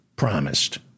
Promised